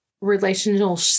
relational